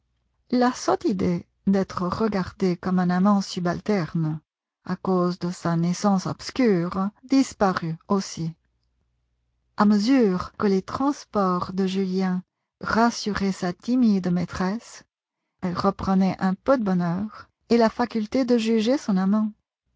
la sotte idée d'être regardé comme un amant subalterne à cause de sa naissance obscure disparut aussi a mesure que les transports de julien rassuraient sa timide maîtresse elle reprenait un peu de bonheur et la faculté de juger son amant